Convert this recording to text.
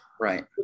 Right